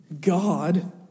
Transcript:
God